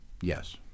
Yes